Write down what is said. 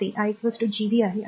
तर ते i Gv आहे